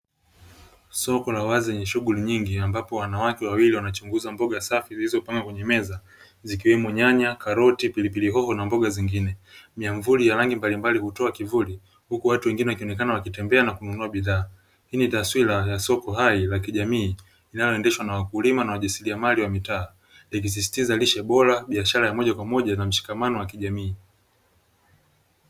Soko la wazi ni shughuli nyingi ambapo wanawake wawili wanachunguza mboga safi, zilizopangwa kwenye meza zikiwemo: nyanya, karoti, pilipili hoho na mboga zingine; miamvuli ya rangi mbalimbali hutoa kivuli huku watu wengine wakionekana wakitembea na kununua bidhaa. Hii ni taswira ya soko hai la kijamii inayoendeshwa na wakulima na wajasiriamali wa mitaa likisisitiza lishe bora, biashara ya moja kwa moja na mshikamano wa kijamii.